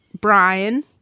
Brian